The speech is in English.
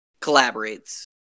collaborates